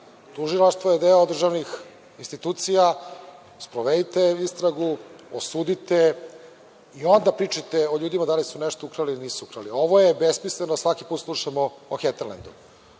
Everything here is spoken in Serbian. Tužilaštvo je deo državnih institucija, sprovedite istragu, osudite i onda pričajte o ljudima da li su nešto ukrali ili nisu ukrali. Ovo je besmisleno, svaki put slušamo o Heterlendu.